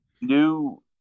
New